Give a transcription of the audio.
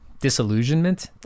disillusionment